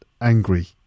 angry